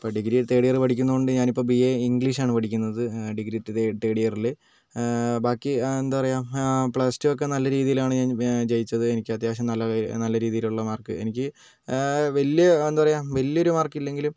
അപ്പോൾ degree third year പഠിക്കുന്നതുകൊണ്ട് ഞാനിപ്പം ബീ എ ഇംഗ്ലീഷ് ആണ് പഠിക്കുന്നത് ഡിഗ്രി തേർഡ് ഇയറിൽ ബാക്കി എന്താ പറയാ പ്ലസ്ടൂ ഒക്കെ നല്ല രീതിയിലാണ് ഞാൻ ജയിച്ചത് എനിക്കത്യാവശ്യം നല്ല രീതിയിൽ ഉള്ള മാർക്ക് എനിക്ക് വലിയ എന്താ പറയാ വലിയൊരു മാർക്കില്ലെങ്കിലും